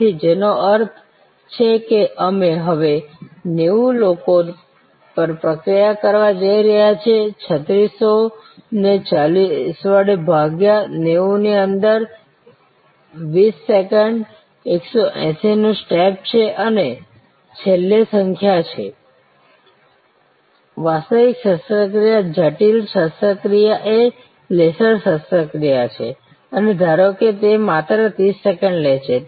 તેથી જેનો અર્થ છે કે અમે હવે 90 લોકો પર પ્રક્રિયા કરવાનું જોઈ રહ્યા છીએ 3600 ને 40 વડે ભાગ્યા 90 ની અંદર 20 સેકન્ડ 180 નું સ્ટેપ છે અને છેલ્લે સંખ્યા છે વાસ્તવિક શસ્ત્રક્રિયા જટિલ શસ્ત્રક્રિયા એ લેસર શસ્ત્રક્રિયા છે અને ધારો કે તે માત્ર 30 સેકન્ડ લે છે